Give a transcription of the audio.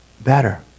better